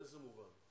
באיזה מובן?